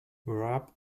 wrapped